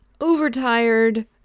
overtired